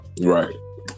Right